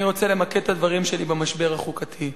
אני רוצה למקד את הדברים שלי במשבר החוקתי.